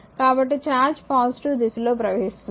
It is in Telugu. కాబట్టి ఛార్జ్ పాజిటివ్ దిశలో ప్రవహిస్తుంది